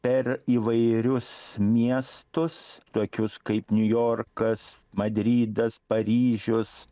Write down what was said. per įvairius miestus tokius kaip niujorkas madridas paryžius